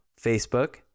Facebook